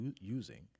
using